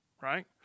right